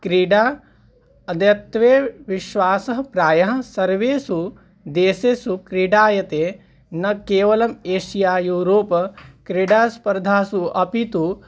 क्रीडा अद्यत्वे विश्वासः प्रायः सर्वेषु देशेषु क्रीड्यते न केवलम् एषिया यूरोप् क्रीडास्पर्धासु अपि तु